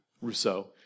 Rousseau